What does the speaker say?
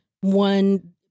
one